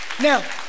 Now